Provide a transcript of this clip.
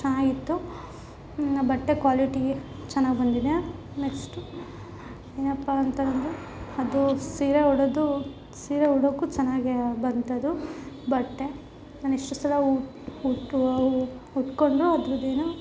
ಚೆನ್ನಾಗಿತ್ತು ಆ ಬಟ್ಟೆ ಕ್ವಾಲಿಟೀ ಚೆನ್ನಾಗಿ ಬಂದಿದೆ ನೆಕ್ಸ್ಟು ಏನಪ್ಪ ಅಂತಂದರೆ ಅದು ಸೀರೆ ಉಡೋದು ಸೀರೆ ಉಡೋಕ್ಕೂ ಚೆನ್ನಾಗೇ ಬಂತದು ಬಟ್ಟೆ ನಾನು ಎಷ್ಟೋ ಸಲ ಉಟ್ಟು ಉಟ್ಟುಕೊಂಡು ಅದರದ್ದೇನೋ